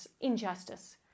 injustice